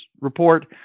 report